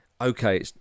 okay